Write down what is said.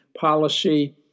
policy